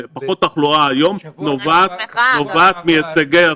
ופחות תחלואה היום נובעת מהישגי הסגר.